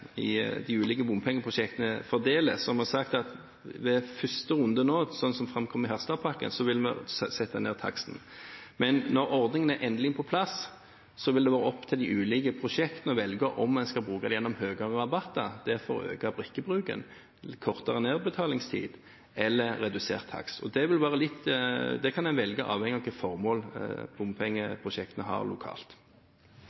til de ulike bompengeprosjektene fordeles, har vi sagt at i den første runden – sånn som det framkommer i Harstadpakken – vil vi sette ned taksten, men når ordningen er endelig på plass, vil det være opp til de ulike prosjektene å velge om en skal bruke det gjennom høyere rabatter for å øke brikkebruken, kortere nedbetalingstid eller redusert takst. Det kan en velge avhengig av hvilke formål